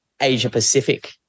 Asia-Pacific